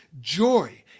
joy